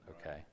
okay